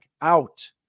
out